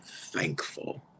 thankful